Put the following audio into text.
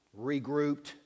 regrouped